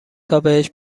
تابهش